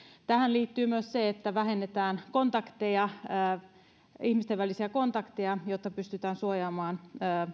tähän liittyy myös se että vähennetään ihmisten välisiä kontakteja jotta pystytään suojaamaan